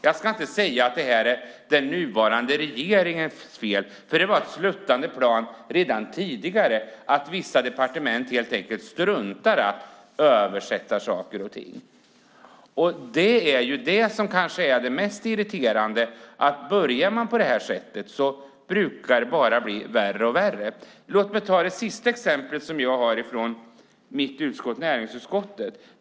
Jag ska inte säga att detta är den nuvarande regeringens fel, för det var ett sluttande plan redan tidigare. Vissa departement struntar helt enkelt i att översätta saker och ting. Det är det som kanske är det mest irriterande: Börjar man på det här sättet brukar det bara bli värre och värre. Låt mig ta det sista exemplet, som kommer från mitt utskott, näringsutskottet.